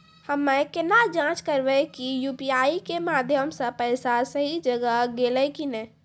हम्मय केना जाँच करबै की यु.पी.आई के माध्यम से पैसा सही जगह गेलै की नैय?